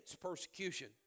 persecution